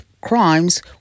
crimes